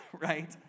right